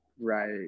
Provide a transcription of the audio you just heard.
right